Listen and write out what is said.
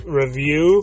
review